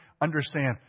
understand